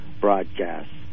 broadcasts